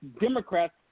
Democrats